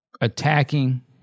attacking